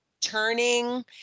turning